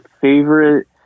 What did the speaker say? favorite